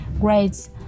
grades